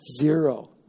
Zero